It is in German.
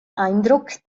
eindruck